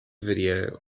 video